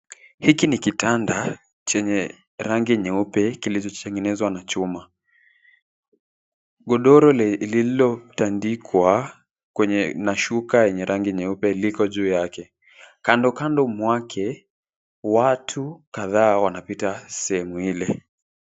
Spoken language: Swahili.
Hiki ni kitanda chenye rangi nyeupe kilichotengenezwa na chuma. Godoro lililotandikwa na shuka lenye rangi nyeupe liko juu yake. Kando kando mwake watu kadhaa wanapita sehemu ile.